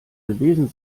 gewesen